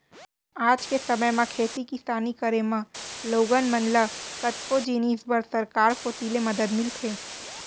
आज के समे म खेती किसानी करे म लोगन मन ल कतको जिनिस बर सरकार कोती ले मदद मिलथे